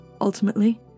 Ultimately